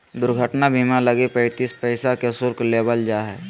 दुर्घटना बीमा लगी पैंतीस पैसा के शुल्क लेबल जा हइ